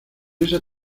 esa